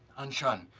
unshun.